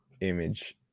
image